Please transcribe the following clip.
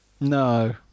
no